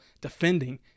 defending